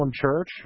church